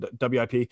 WIP